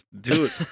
Dude